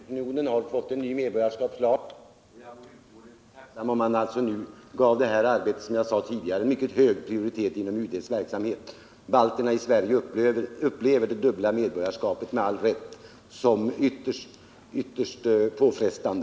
Herr talman! Jag vill bara tacka utrikesministern för det senaste beskedet. Jag är medveten om att Sovjetunionen fått en ny medborgarskapslag, och jag vore utomordentligt tacksam om man, som jag sade tidigare, gav detta arbete en mycket hög prioritet inom UD:s verksamhet. Balterna i Sverige upplever — med all rätt — det dubbla medborgarskapet som ytterst påfrestande.